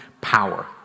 power